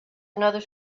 another